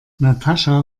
natascha